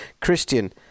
Christian